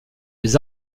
les